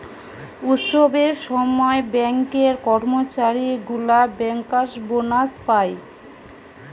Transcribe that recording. উৎসবের সময় ব্যাঙ্কের কর্মচারী গুলা বেঙ্কার্স বোনাস পায়